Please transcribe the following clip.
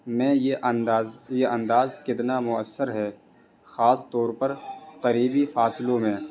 میں یہ انداز یہ انداز کتنا مؤثر ہے خاص طور پر قریبی فاصلوں میں